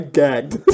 gagged